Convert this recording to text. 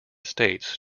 states